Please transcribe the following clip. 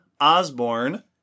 Osborne